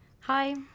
Hi